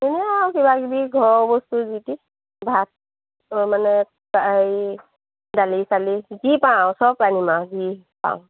এনে আৰু কিবাকিবি ঘৰৰ বস্তু যি তি ভাত অঁ মানে হেৰি দালি চালি যি পাওঁ আৰু চব আনিম আৰু যি পাওঁ